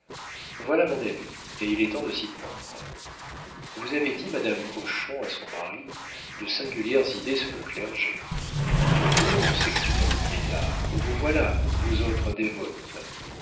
voilà mon avis et il est temps de s'y prendre vous avez dit madame hochon à son mari de singulières idées sur le clergé oh s'écria le vieillard vous voilà vous autres dévotes